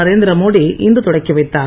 நரேந்திரமோடி இன்று தொடக்கிவைத்தார்